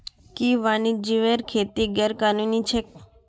कि वन्यजीवेर खेती गैर कानूनी छेक?